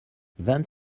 vingt